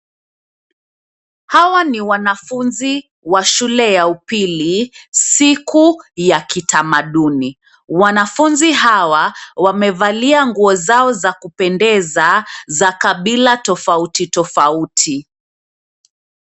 Hawa ni wanafunzi wa shule ya upili siku ya kitamaduni, wanafunzi hawa wamevalia nguo zao za kupendeza za kabila tofauti tofauti.